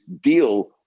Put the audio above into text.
deal